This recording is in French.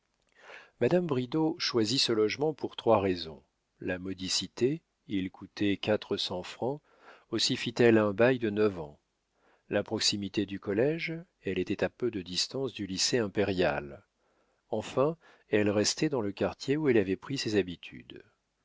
bridau choisit ce logement pour trois raisons la modicité il coûtait quatre cents francs aussi fit-elle un bail de neuf ans la proximité du collége elle était à peu de distance du lycée impérial enfin elle restait dans le quartier où elle avait pris ses habitudes